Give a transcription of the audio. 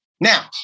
Now